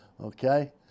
Okay